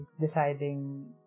deciding